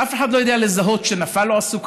אף אחד לא יודע לזהות שנפל לו הסוכר,